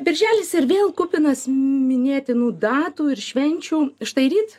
birželis ir vėl kupinas minėtinų datų ir švenčių štai ryt